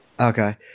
Okay